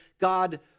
God